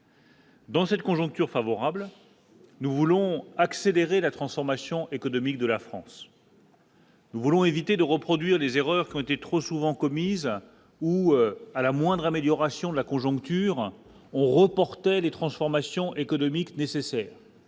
Dans cette conjoncture favorable, nous voulons accélérer la transformation économique de la France. Nous voulons éviter de reproduire les erreurs qui ont été trop souvent commises ou à la moindre amélioration de la conjoncture, on reportait les transformations économiques nécessaires,